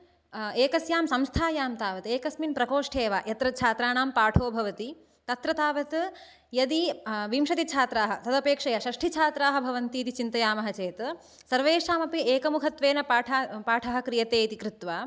एकस्यां संस्थायां तावत् एकस्मिन् प्रकोष्ठे वा यत्र छात्राणां पाठो भवति तत्र तावत् यदि विंशतिः छात्राः तदपेक्षया षष्ठि छात्राः भवन्ति इति चिन्तयामः चेत् सर्वेषाम् अपि एकमुखत्वेन पाठः पाठः क्रियते इति कृत्वा